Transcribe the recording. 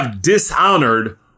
dishonored